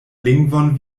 lingvon